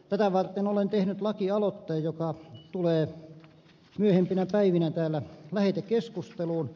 tätä varten olen tehnyt lakialoitteen joka tulee myöhempinä päivinä täällä lähetekeskusteluun